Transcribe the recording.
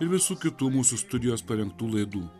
ir visų kitų mūsų studijos parengtų laidų